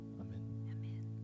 Amen